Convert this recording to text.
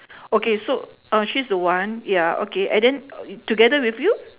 okay so oh she's the one ya okay and then together with you